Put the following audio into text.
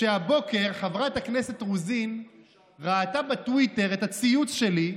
שהבוקר חברת הכנסת רוזין ראתה בטוויטר את הציוץ שלי,